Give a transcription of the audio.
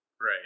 Right